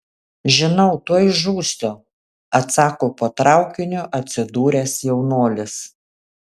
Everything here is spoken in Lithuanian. žinau tuoj žūsiu atsako po traukiniu atsidūręs jaunuolis